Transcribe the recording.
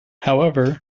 however